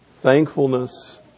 Thankfulness